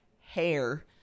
hair